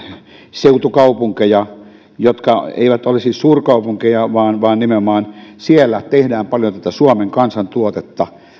seutukaupunkeja jotka eivät ole siis suurkaupunkeja vaan nimenomaan siellä tehdään paljon tätä suomen kansantuotetta